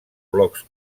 blocs